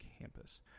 campus